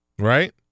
Right